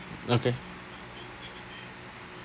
okay